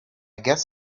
guess